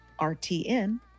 RTN